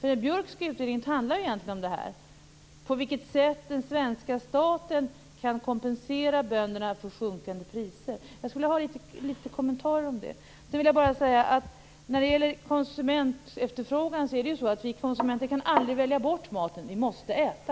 Den Björkska utredningen handlar egentligen om detta, på vilket sätt den svenska staten kan kompensera bönderna för sjunkande priser. Jag skulle vilja ha några kommentarer om detta. När det gäller konsumentefterfrågan vill jag säga att vi konsumenter aldrig kan välja bort maten, vi måste äta.